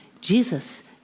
Jesus